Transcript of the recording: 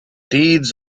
deeds